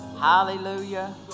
Hallelujah